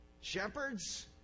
shepherds